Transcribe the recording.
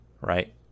right